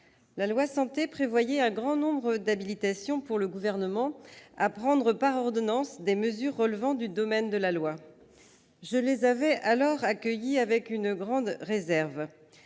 la loi santé prévoyait un grand nombre d'habilitations du Gouvernement à prendre par ordonnances des mesures relevant du domaine de la loi. Je les avais accueillies avec une grande réserve.